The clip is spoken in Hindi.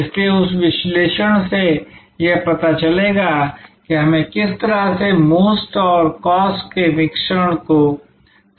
इसलिए उस विश्लेषण से यह पता चलेगा कि हमें किस तरह से MOST और COST के मिश्रण को तैयार करना चाहिए